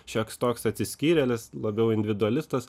šioks toks atsiskyrėlis labiau individualistas